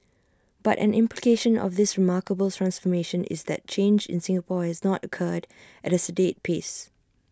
but an implication of this remarkable transformation is that change in Singapore has not occurred at A sedate pace